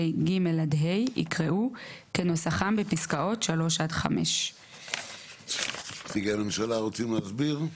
יקראו "כנוסחם בפסקאות (3) עד (5)"." נציגי הממשלה רוצים להסביר?